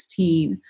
2016